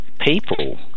people